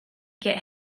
get